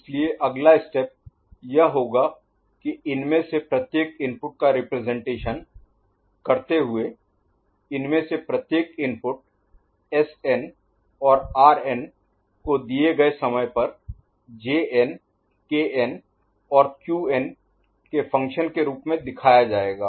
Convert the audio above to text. इसलिए अगला स्टेप यह होगा कि इनमें से प्रत्येक इनपुट का रिप्रजेंटेशन करते हुए इनमें से प्रत्येक इनपुट Sn और Rn को दिए गए समय पर Jn Kn और Qn के फंक्शन के रूप में दिखाया जाएगा